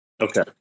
Okay